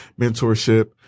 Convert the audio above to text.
mentorship